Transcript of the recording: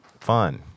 fun